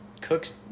Cook's